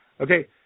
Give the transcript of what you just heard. Okay